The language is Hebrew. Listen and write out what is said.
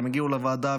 והם הגיעו לוועדה,